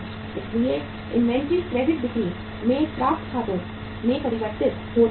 इसलिए inventory credit बिक्री में प्राप्य खातों में परिवर्तित हो जाती है